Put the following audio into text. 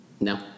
No